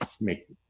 make